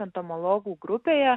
entomologų grupėje